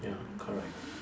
ya correct